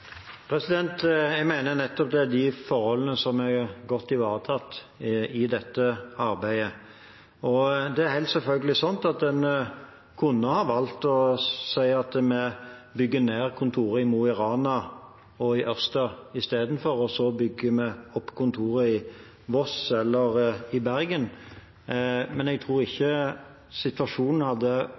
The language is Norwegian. landet? Jeg mener det nettopp er disse forholdene som er godt ivaretatt i dette arbeidet. En kunne selvfølgelig ha valgt å si at vi bygger ned kontoret i Mo i Rana og i Ørsta isteden, og så bygger vi opp kontoret i Voss eller i Bergen, men jeg tror ikke situasjonen hadde